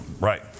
Right